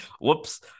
Whoops